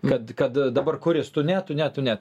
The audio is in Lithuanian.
kad kad dabar kuris tu ne tu ne tu ne